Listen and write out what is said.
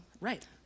Right